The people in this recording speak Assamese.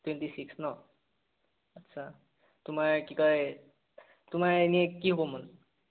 টুৱেন্টী ছিক্স ন আচ্ছা তোমাৰ কি কয় তোমাৰ এনেই কি হ'বৰ মন